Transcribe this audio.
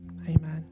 Amen